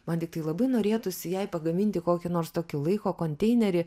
man tiktai labai norėtųsi jai pagaminti kokį nors tokį laiko konteinerį